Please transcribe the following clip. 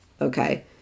okay